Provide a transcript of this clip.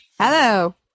Hello